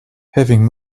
having